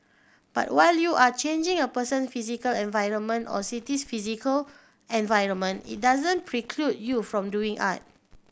but while you are changing a person physical environment or city's physical environment it doesn't preclude you from doing art